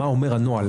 מה אומר הנוהל,